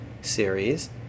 series